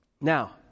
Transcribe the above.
Now